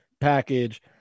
package